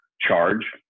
charge